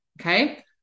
Okay